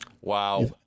Wow